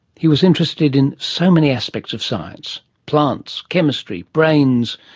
he was interested in so many aspects of science plants, chemistry, brains,